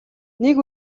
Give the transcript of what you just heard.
нэг